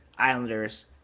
Islanders